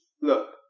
Look